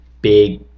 big